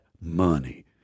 money